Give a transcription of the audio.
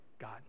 God